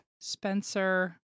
Spencer